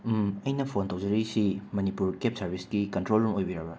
ꯑꯩꯅ ꯐꯣꯟ ꯇꯧꯖꯔꯛꯏꯁꯤ ꯃꯅꯤꯄꯨꯔ ꯀꯦꯞ ꯁꯥꯔꯕꯤꯁꯀꯤ ꯀꯟꯇ꯭ꯔꯣꯜ ꯔꯨꯝ ꯑꯣꯏꯕꯤꯔꯕ꯭ꯔꯥ